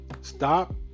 stop